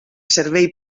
servei